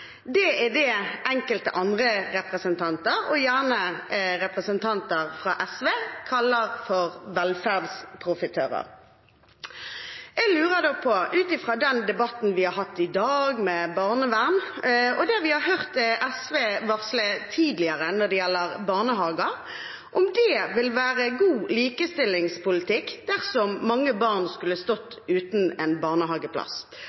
gründere, er det enkelte andre representanter, og gjerne representanter fra SV, kaller velferdsprofitører. Jeg lurer da på – ut fra den debatten vi har hatt i dag om barnevern, og det vi har hørt SV varsle tidligere når det gjelder barnehager – om det vil være god likestillingspolitikk dersom mange barn